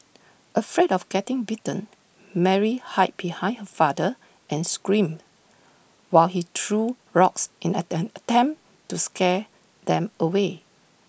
afraid of getting bitten Mary hide behind her father and screamed while he threw rocks in an attain attempt to scare them away